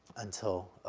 until,